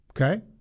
okay